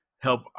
help